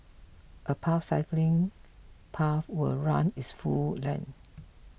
a paved cycling path will run its full length